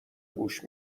گوش